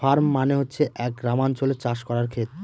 farm মানে হচ্ছে এক গ্রামাঞ্চলে চাষ করার খেত